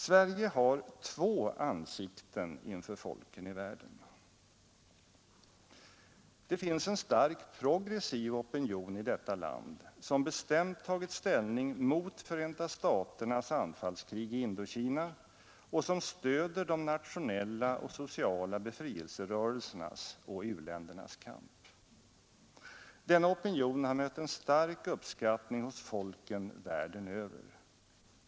Sverige har två ansikten inför folken i världen, Det finns en stark progressiv opinion i detta land som bestämt tagit ställning mot Förenta staternas anfallskrig i Indokina och som stöder de nationella och sociala befrielserörelsernas och u-ländernas kamp. Den opinionen har mött en stark uppskattning hos folken världen över.